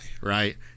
right